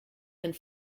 and